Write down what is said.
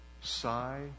sigh